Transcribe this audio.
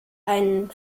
einen